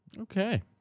Okay